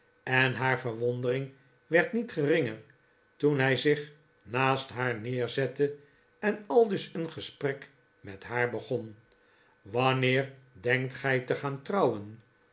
en haar verwondering werd niet geringer toen hij zich naast haar neerzette en aldus een gesprek met haar begon wanneer denkt gij te gaan trouwen